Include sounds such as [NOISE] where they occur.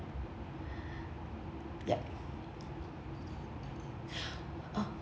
[BREATH] yup [BREATH] oh